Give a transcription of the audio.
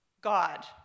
God